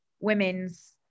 Women's